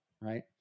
right